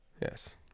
Yes